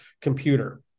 computer